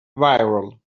viral